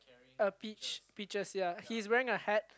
a peach peaches ya he's wearing a hat